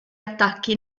attacchi